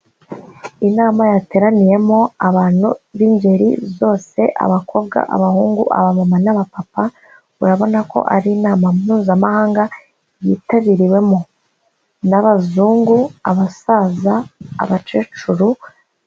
Inama yateraniyemo abantu b'ingeri zose abakobwa, abahungu, abamama n'abapapa, urabona ko ari inama Mpuzamahanga yitabiriwemo n'abazungu, abasaza, abakecuru,...